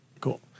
Cool